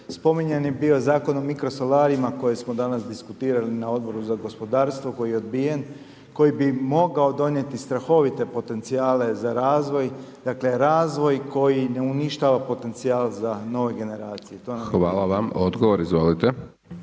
Spominjan je bio Zakon o mikrosolarima koje smo danas diskutirali na Odboru za gospodarstvo koji je odbijen, koji bi mogao donijeti strahovito potencijala za razvoj, dakle razvoj koji ne uništava potencijal za nove generacije …/Govornik se